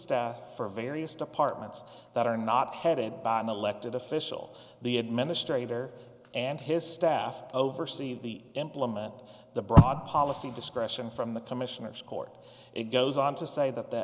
staff for various departments that are not headed by an elected official the administrator and his staff oversee the implement the broad policy discretion from the commissioners court it goes on to say that the